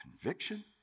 conviction